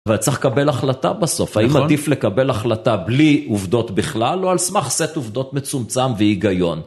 אבל צריך לקבל החלטה בסוף, האם עדיף לקבל החלטה בלי עובדות בכלל או על סמך סט עובדות מצומצם והיגיון?